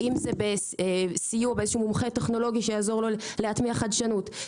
זה יכול להיות מומחה טכנולוגי שיעזור לו להטמיע חדשנות,